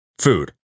food